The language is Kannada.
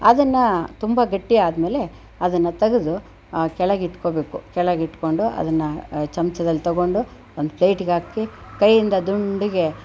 ಅದನ್ನು ತುಂಬ ಗಟ್ಟಿ ಆದಮೇಲೆ ಅದನ್ನು ತೆಗ್ದು ಆ ಕೆಳಗೆ ಇಟ್ಕೋಬೇಕು ಕೆಳಗಿಟ್ಕೊಂಡು ಅದನ್ನು ಚಮಚದಲ್ಲಿ ತಗೊಂಡು ಒಂದು ಪ್ಲೇಟ್ಗೆ ಹಾಕಿ ಕೈಯ್ಯಿಂದ ದುಂಡಗೆ